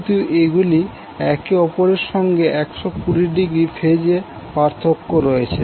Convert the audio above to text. কিন্তু এগুলি একে অপরের সঙ্গে 120০ ফেজ পার্থক্যে রয়েছে